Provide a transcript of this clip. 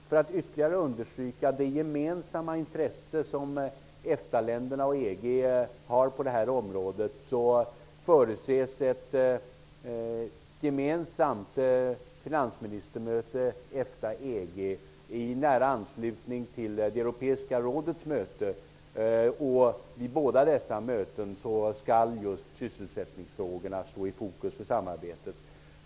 För att ytterligare understryka det gemensamma intresse som EFTA-länderna och EG har på det här området förutses ett gemensamt finansministermöte EFTA-EG i nära anslutning till det europeiska rådets möte. Vid båda dessa möten skall just sysselsättningsfrågorna stå i fokus för samarbetet.